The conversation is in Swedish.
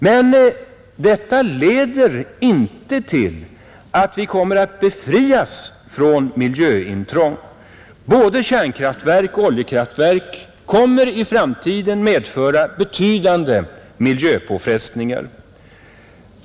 Men detta leder inte till att vi kommer att befrias från miljöintrång. Både kärnkraftverk och oljekraftverk kommer i framtiden att medföra betydande miljöpåfrestningar.